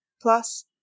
Plus